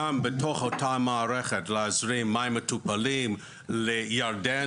גם בתוך אותה מערכת להזרים מים מותפלים לירדן,